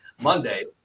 Monday